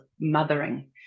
mothering